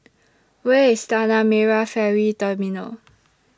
Where IS Tanah Merah Ferry Terminal